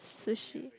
sushi